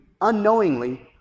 unknowingly